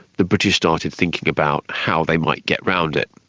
the british started thinking about how they might get around it,